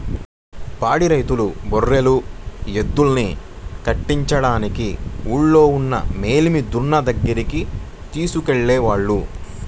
పాడి రైతులు బర్రెలు, ఎద్దుల్ని కట్టించడానికి ఊల్లోనే ఉన్న మేలిమి దున్న దగ్గరికి తీసుకెళ్ళేవాళ్ళు